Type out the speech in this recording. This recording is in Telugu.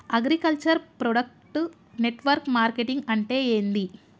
అగ్రికల్చర్ ప్రొడక్ట్ నెట్వర్క్ మార్కెటింగ్ అంటే ఏంది?